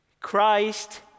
Christ